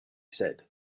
said